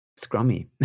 Scrummy